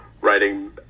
writing